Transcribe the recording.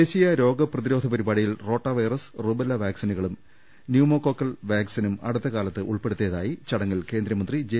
ദേശീയ രോഗ പ്രതിരോധ പരിപാടിയിൽ റോട്ടവൈറസ് റുബെല്ല വാക്സിനുകളും ന്യൂമോകോക്കൽ വാക്സിനും അടുത്ത കാലത്ത് ഉൾപെടുത്തിയതായി ചടങ്ങിൽ കേന്ദ്രമന്ത്രി ജെ